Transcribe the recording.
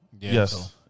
Yes